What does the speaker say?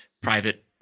private